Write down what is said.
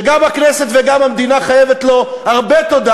שגם הכנסת וגם המדינה חייבות לו הרבה תודה,